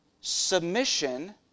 submission